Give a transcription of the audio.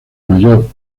mayor